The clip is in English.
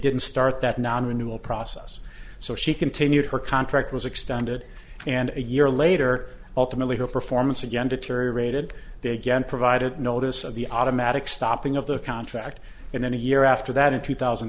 didn't start that non renewal process so she continued her contract was extended and a year later ultimately her performance again deteriorated there again provided notice of the automatic stopping of the contract and then a year after that in two thousand